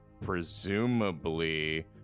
presumably